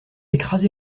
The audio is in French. écrasé